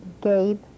Gabe